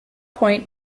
point